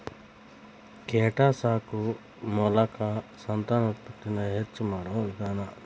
ಕೇಟಾ ಸಾಕು ಮೋಲಕಾ ಸಂತಾನೋತ್ಪತ್ತಿ ನ ಹೆಚಗಿ ಮಾಡುವ ವಿಧಾನಾ